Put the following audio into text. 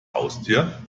haustier